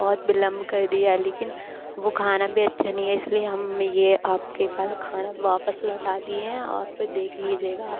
बहुत विलम्ब कर दिया लेकिन वह खाना भी अच्छा नहीं है इसलिए हम यह आपके पास खाना वापस लौटा दिए हैं आप देख लीजिएगा आप